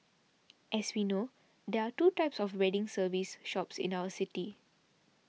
as we know there are two types of wedding service shops in our city